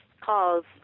calls